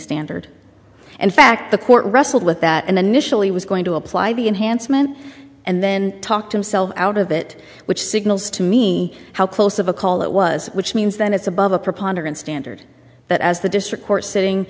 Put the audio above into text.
standard and fact the court wrestled with that and then mishal he was going to apply be enhancements and then talk himself out of it which signals to me how close of a call it was which means that it's above a preponderance standard but as the district court sitting